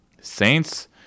Saints